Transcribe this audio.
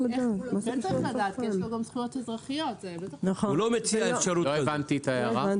לא הבנתי את ההערה.